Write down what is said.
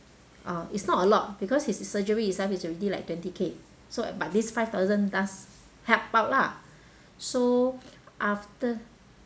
uh it's not a lot because his surgery itself is already like twenty K so but this five thousand does help out lah so after